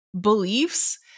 beliefs